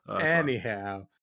Anyhow